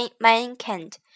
mankind